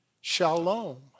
shalom